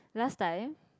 last time